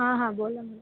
हां हां बोलाना